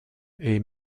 est